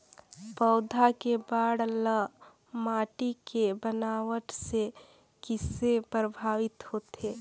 पौधा के बाढ़ ल माटी के बनावट से किसे प्रभावित होथे?